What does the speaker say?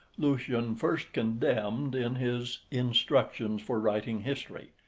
lucian first condemned in his instructions for writing history,